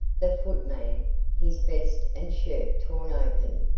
the footman, his vest and shirt torn open,